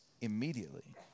immediately